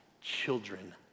children